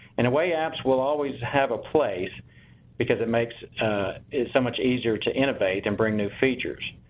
in a way, apps will always have a place because it makes it so much easier to innovate and bring new features.